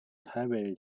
台北